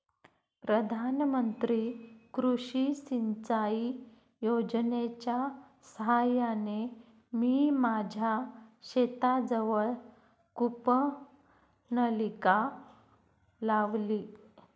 प्रधानमंत्री कृषी सिंचाई योजनेच्या साहाय्याने मी माझ्या शेताजवळ कूपनलिका लावली